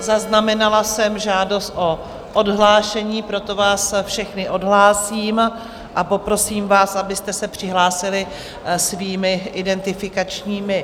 Zaznamenala jsem žádost o odhlášení, proto vás všechny odhlásím a poprosím vás, abyste se přihlásili svými identifikačními kartami.